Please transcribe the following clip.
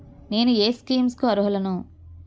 నేను ఏ స్కీమ్స్ కి అరుహులను?